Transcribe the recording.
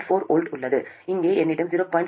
4 V உள்ளது இங்கே என்னிடம் 0